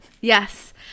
Yes